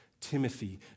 Timothy